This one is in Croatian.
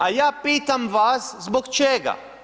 A ja pitam vas zbog čega?